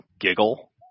giggle